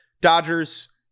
Dodgers